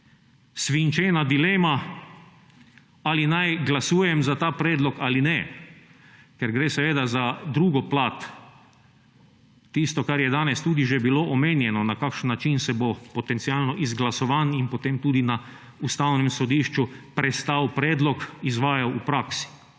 svinčena dilema, ali naj glasujem za ta predlog ali ne, ker gre seveda za drugo plat; tisto, kar je danes tudi že bilo omenjeno, na kakšen način se bo potencialno izglasovan in potem tudi na Ustavnem sodišču prestal predlog izvajal v praksi.